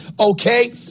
okay